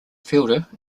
fielder